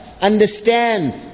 Understand